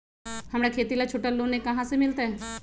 हमरा खेती ला छोटा लोने कहाँ से मिलतै?